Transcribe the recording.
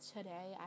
Today